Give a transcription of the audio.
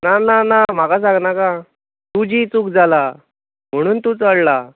ना ना ना म्हाका सांग नाका तुजी चूक जाला म्हणून तूं चडला